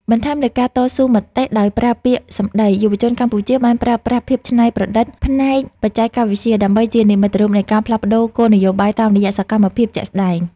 បន្ថែមលើការតស៊ូមតិដោយប្រើពាក្យសម្ដី យុវជនកម្ពុជាបានប្រើប្រាស់ ភាពច្នៃប្រឌិតផ្នែកបច្ចេកវិទ្យា ដើម្បីជានិមិត្តរូបនៃការផ្លាស់ប្តូរគោលនយោបាយតាមរយៈសកម្មភាពជាក់ស្ដែង។